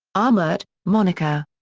ermert, monika.